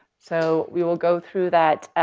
so we will go through that.